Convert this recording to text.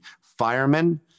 firemen